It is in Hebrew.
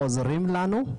עוזרים לנו,